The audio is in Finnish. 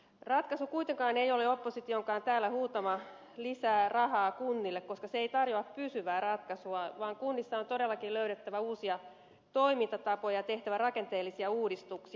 ratkaisu kuitenkaan ei ole oppositionkaan täällä huutama lisää rahaa kunnille koska se ei tarjoa pysyvää ratkaisua vaan kunnissa on todellakin löydettävä uusia toimintatapoja ja tehtävä rakenteellisia uudistuksia